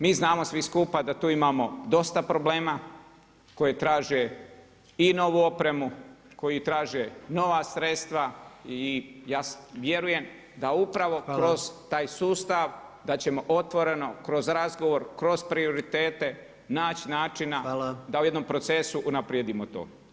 Mi znamo svi skupa da tu imamo dosta problema koji traže i novu opremu, koji traže nova sredstva i ja vjerujem da upravo kroz taj sustav da ćemo otvoreno kroz razgovor, kroz prioritete naći načina [[Upadica predsjednik: Hvala.]] da u jednom procesu unaprijedimo to.